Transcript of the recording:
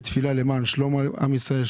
בתפילה למען שלום עם ישראל,